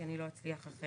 כי אני לא אצליח אחרת.